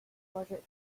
project